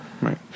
right